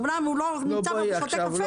אומנם הוא לא נמצא פה ושותה קפה,